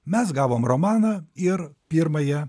mes gavom romaną ir pirmąją